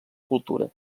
cultura